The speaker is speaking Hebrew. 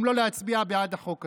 אם לא להצביע בעד החוק הזה.